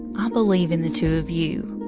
um believe in the two of you.